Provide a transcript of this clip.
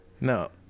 No